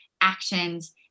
actions